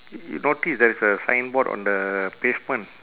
y~ you notice there's a signboard on the pavement